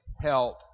help